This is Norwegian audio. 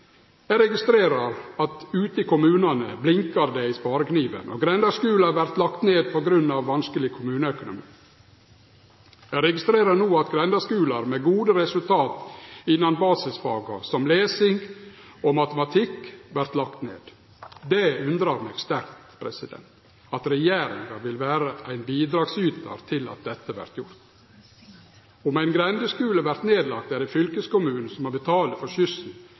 Eg registrerer at ute i kommunane blinkar det i sparekniven, og grendeskular vert lagde ned på grunn av ein vanskeleg kommuneøkonomi. Eg registrerer no at grendeskular med gode resultat innan basisfaga, som lesing og matematikk, vert lagde ned. Det undrar meg sterkt at regjeringa vil vere ein bidragsytar til at dette vert gjort. Om ein grendeskule vert lagd ned, er det fylkeskommunen som må betale for